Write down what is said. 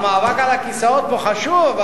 המאבק על הכיסאות הוא חשוב,